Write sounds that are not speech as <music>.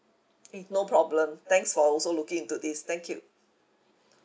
okay no problem thanks for also looking into this thank you <breath>